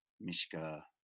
Mishka